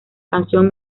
canción